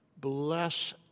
Bless